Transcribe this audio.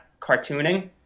cartooning